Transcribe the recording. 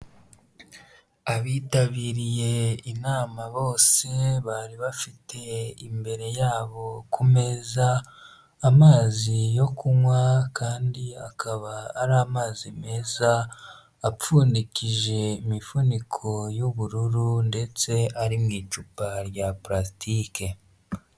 Abitabiriye inama bose bari bafite imbere yabo ku meza amazi yo kunywa kandi akaba ari amazi meza apfundikije imifuniko y'ubururu ndetse ari mu icupa rya purasitike.